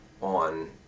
on